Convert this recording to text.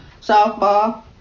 softball